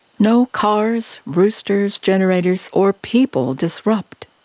no cars, roosters, generators, or people disrupt.